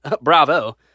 bravo